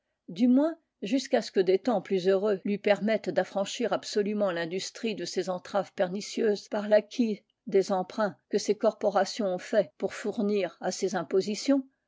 du moins jusqu'à ce que des temps plus heureux lui permettent d'affranchir absolument l'industrie de ces entraves pernicieuses par l'acquit des emprunts que ces corporations ont faits pour fournir à ces impositions